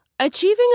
Achieving